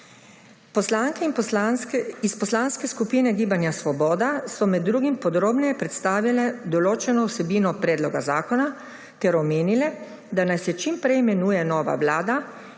Poslanke iz poslanske skupine Gibanje Svoboda so med drugim podrobneje predstavile določeno vsebino predloga zakona ter omenile, da naj se čim prej imenuje nova vlada